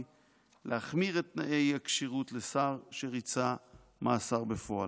להחמיר את תנאי הכשירות לשר שריצה מאסר בפועל.